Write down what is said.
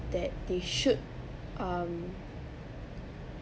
that they should um